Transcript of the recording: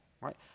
right